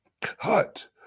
cut